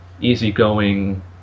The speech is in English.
easygoing